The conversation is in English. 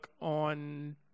on